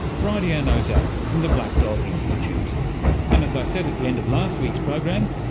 bridianne o'dea from the black dog institute. and as i said at the end of last week's program,